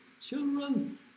children